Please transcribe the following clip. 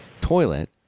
toilet